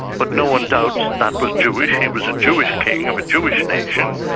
but no one doubts that was jewish, he was a jewish king of a jewish nation,